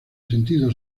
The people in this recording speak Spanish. sentido